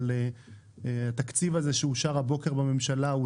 אבל התקציב הזה שאושר הבוקר בממשלה הוא